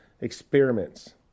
experiments